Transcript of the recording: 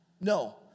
no